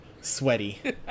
sweaty